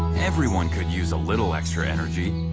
everyone could use a little extra energy.